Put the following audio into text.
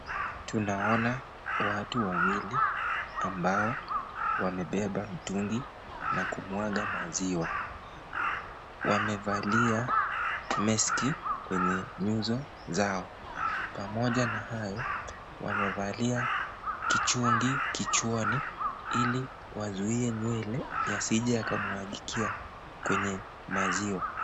Tunaona watu wawili ambao wamebeba mtungi nakumwaga maziwa wamevalia meski kwenye nyuso zao. Pamoja na hayo wamevalia kichungi kichwani ili wazuie nywele yasije yakamwagikia kwenye maziwa.